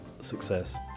success